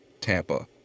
Tampa